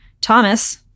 Thomas